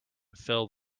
fill